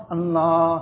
Allah